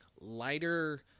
lighter